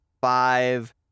five